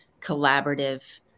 collaborative